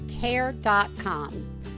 Care.com